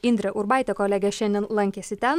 indrė urbaitė kolegė šiandien lankėsi ten